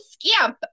scamp